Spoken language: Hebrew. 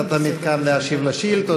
אתה תמיד כאן להשיב על שאילתות,